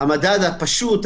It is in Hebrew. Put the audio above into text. המדד הפשוט,